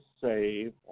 save